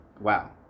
Wow